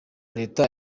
leta